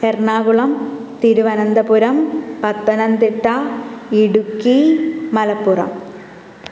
Ernakulam Thiruvananthapuram Pathanamthitta Idukki Malappuram